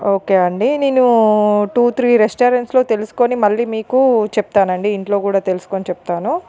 okay అండి నేను two three రెస్టారెంట్స్లో తెలుసుకొని మళ్ళీ మీకు చెప్తానండి ఇంట్లో కూడా తెలుసుకొని చెప్తాను